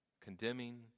condemning